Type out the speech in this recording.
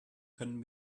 können